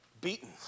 beaten